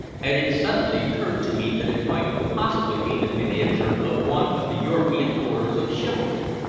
and it suddenly occurred to me that it might possibly be the miniature of one of the european orders of chivalry.